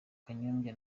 kanyombya